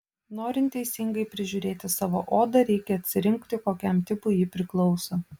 norint teisingai prižiūrėti savo odą reikia atsirinkti kokiam tipui ji priklauso